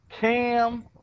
Cam